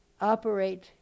operate